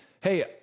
Hey